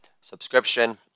subscription